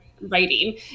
writing